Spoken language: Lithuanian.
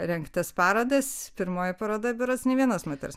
rengtas parodas pirmoji paroda berods nė vienos moters